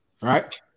right